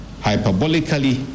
hyperbolically